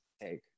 take